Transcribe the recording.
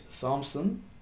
Thompson